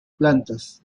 plantas